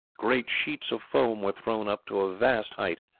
great sheets of foam were thrown up to a vast height,